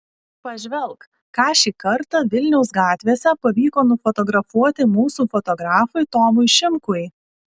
pažvelk ką šį kartą vilniaus gatvėse pavyko nufotografuoti mūsų fotografui tomui šimkui